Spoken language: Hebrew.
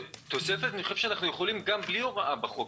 תוספת אני חושב שאנחנו יכולים גם בלי הוראה בחוק,